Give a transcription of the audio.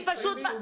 קטי, תסיימי.